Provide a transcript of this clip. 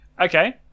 Okay